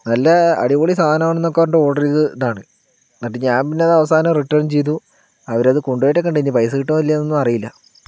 നല്ല അടിപൊളി സാധനാണെന്നൊക്കെ പറഞ്ഞിട്ട് ഓർഡർ ചെയ്ത് ഇതാണ് എന്നിട്ട് ഞാൻ പിന്നെ അത് അവസാനം റിട്ടേൺ ചെയ്തു അവരതു കൊണ്ടുപോയിട്ടൊക്കെയുണ്ട് ഇനി പൈസ കിട്ടുവോ ഇല്ലയോ എന്നൊന്നും അറിയില്ല